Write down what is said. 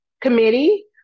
committee